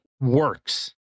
works